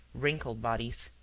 wrinkled bodies.